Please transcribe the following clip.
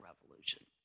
revolution